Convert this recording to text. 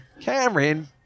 Cameron